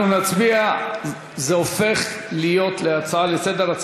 זה הופך להיות הצעה לסדר-היום.